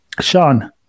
Sean